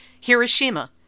Hiroshima